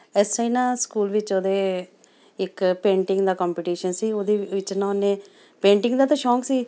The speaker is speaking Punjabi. ਇਸ ਤਰ੍ਹਾਂ ਹੀ ਨਾ ਸਕੂਲ ਵਿੱਚ ਉਹਦੇ ਇੱਕ ਪੇਂਟਿੰਗ ਦਾ ਕੰਪਟੀਸ਼ਨ ਸੀ ਉਹਦੇ ਵਿੱਚ ਨਾ ਉਹਨੇ ਪੇਂਟਿੰਗ ਦਾ ਤਾਂ ਸ਼ੌਕ ਸੀ